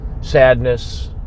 sadness